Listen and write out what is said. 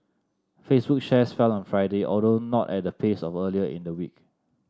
Facebook shares fell on Friday although not at the pace of earlier in the week